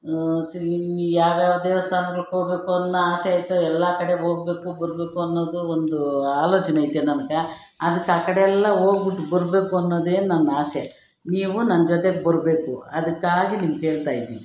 ಯಾವ ಯಾವ ದೇವಸ್ಥಾನಗಳ್ಗ್ ಹೋಗಬೇಕು ಅನ್ನೋ ಆಸೆ ಐತೋ ಎಲ್ಲ ಕಡೆಗೆ ಹೋಗಬೇಕು ಬರಬೇಕು ಅನ್ನೋದು ಒಂದು ಆಲೋಚನೆ ಐತೆ ನನ್ಗೆ ಅದಕ್ಕೆ ಆ ಕಡೆ ಎಲ್ಲ ಹೋಗ್ಬಿಟ್ ಬರಬೇಕು ಅನ್ನೋದೇ ನನ್ನ ಆಸೆ ನೀವು ನನ್ನ ಜೊತೆಗೆ ಬರಬೇಕು ಅದಕ್ಕಾಗಿ ನಿಮ್ಗೆ ಹೇಳ್ತಾ ಇದ್ದೀನಿ